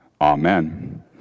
Amen